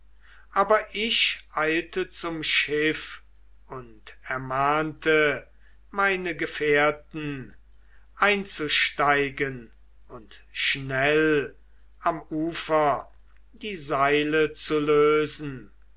aber ich eilte zum schiff und ermahnete meine gefährten einzusteigen und schnell am ufer die seile zu lösen